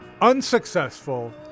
unsuccessful